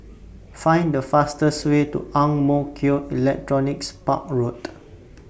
Find The fastest Way to Ang Mo Kio Electronics Park Road